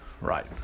right